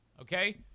Okay